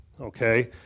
Okay